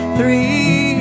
three